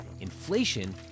inflation